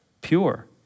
Pure